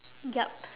yup